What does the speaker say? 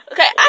Okay